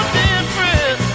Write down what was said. different